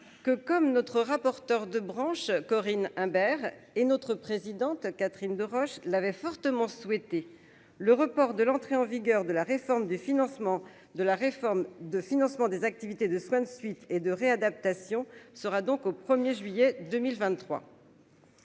que, comme notre rapporteur de branche Corinne Imbert et notre présidente Catherine Deroche l'avait fortement souhaité le report de l'entrée en vigueur de la réforme du financement de la réforme de financement des activités de soins de suite et de réadaptation sera donc au 1er juillet 2023.